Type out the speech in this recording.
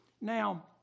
Now